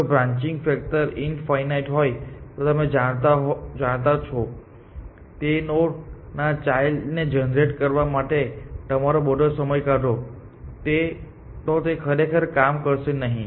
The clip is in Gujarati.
જો બ્રાન્ચિન્ગ ફેક્ટર ઇન્ફાઇનાઇટ હોય તો તમે જાણતા છો કે તે નોડ ના ચાઈલ્ડ ને જનરેટ કરવા માટે તમારો બધો સમય કાઢો તો તે ખરેખર કામ કરશે નહીં